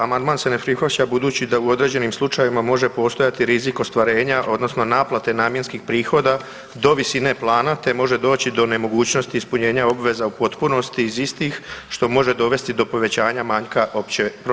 Amandman se ne prihvaća budući da u određenim slučajevima može postojati rizik ostvarenja odnosno naplate namjenskih prihoda do visine plana te može doći do nemogućnosti ispunjenja obveza u potpunosti iz istih što može dovesti do povećanja manjka opće, proračuna opće države.